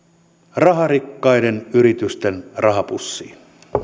raharikkaiden yritysten rahapussiin